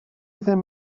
ddim